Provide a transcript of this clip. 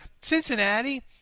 Cincinnati